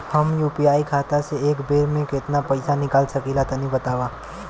हम यू.पी.आई खाता से एक बेर म केतना पइसा निकाल सकिला तनि बतावा?